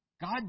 God